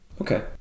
Okay